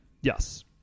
yes